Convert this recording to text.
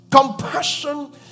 Compassion